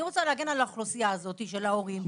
אני רוצה להגן על האוכלוסייה הזאת של ההורים.